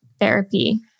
therapy